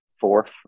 fourth